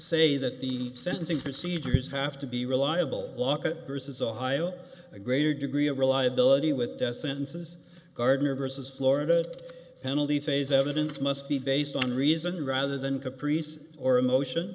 say that the sentencing perceivers have to be reliable walk versus ohio a greater degree of reliability with death sentences gardner versus florida the penalty phase evidence must be based on reason rather than caprice or emotion